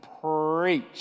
preach